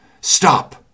STOP